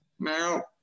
now